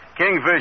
Kingfish